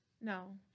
No